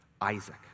Isaac